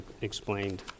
explained